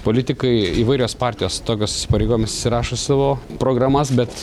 politikai įvairios partijos tokius įsipareigojimus įsirašo į savo programas bet